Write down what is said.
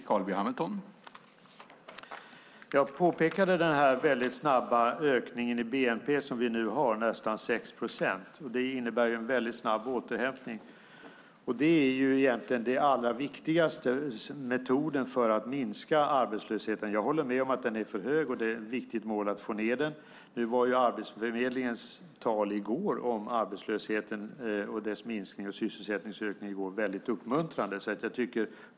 Herr talman! Jag pekade på den väldigt snabba ökningen i bnp vi har på nästan 6 procent. Det innebär en väldigt snabb återhämtning. Det är egentligen den allra viktigaste metoden för att minska arbetslösheten. Jag håller med om att den är för hög, och det är ett viktigt mål att få ned den. Nu var Arbetsförmedlingens tal i går om arbetslöshetens minskning och sysselsättningsökningen väldigt uppmuntrande.